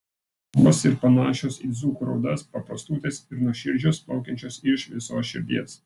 jos ir panašios į dzūkų raudas paprastutės ir nuoširdžios plaukiančios iš visos širdies